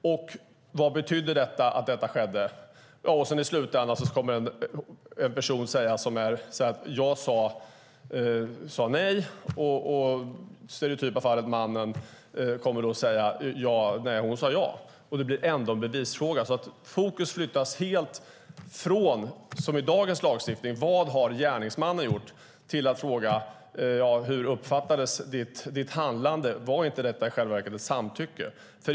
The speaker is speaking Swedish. Sedan ska man resonera om vad det betydde att detta skedde, och i slutändan kommer kvinnan att säga att hon sade nej medan mannen kommer att säga att hon sade ja. Då blir det ändå en bevisfråga. Det skulle alltså innebära att fokus flyttas helt från vad gärningsmannen har gjort, som är den viktiga frågan i dagens lagstiftning, till hur offrets handlande uppfattades och om det inte i själva verket innebar samtycke.